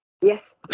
Yes